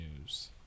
news